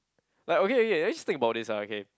like okay okay let's think about this ah okay